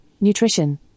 Nutrition